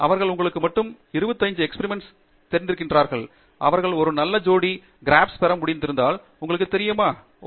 அவர்கள் உங்களுக்கு மட்டுமே 25 பரிசோதனைகள் தெரிந்திருக்கிறார்கள் அவர்கள் ஒரு நல்ல ஜோடி கிராஃப்களைப் பெற முடிந்ததனால் அவர்கள் உங்களுக்குத் தெரியுமா என்று உங்களுக்குத் தெரியுமா